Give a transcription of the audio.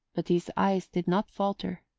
but his eyes did not falter.